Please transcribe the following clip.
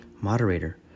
Moderator